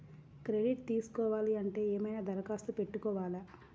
Credit తీసుకోవాలి అంటే ఏమైనా దరఖాస్తు పెట్టుకోవాలా?